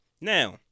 now